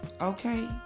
okay